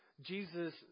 jesus